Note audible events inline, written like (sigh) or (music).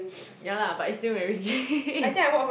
ya lah but it's still MacRitchie (laughs)